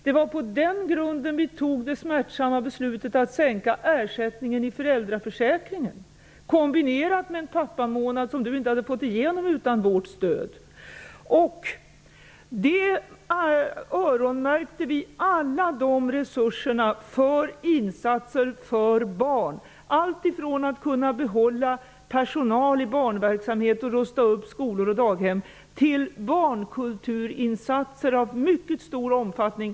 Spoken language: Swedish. Det var på den grunden vi fattade det smärtsamma beslutet att sänka ersättningen i föräldraförsäkringen, kombinerat med en pappamånad -- som Bengt Westerberg inte hade fått igenom utan vårt stöd. Vi öronmärkte alla de resurserna för insatser för barn, alltifrån att kunna behålla personal i barnverksamhet och rusta upp skolor och daghem, till barnkulturinsatser av mycket stor omfattning.